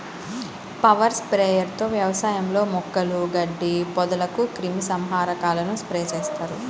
power sprayer తో వ్యవసాయంలో మొక్కలు, గడ్డి, పొదలకు క్రిమి సంహారకాలను స్ప్రే చేస్తారు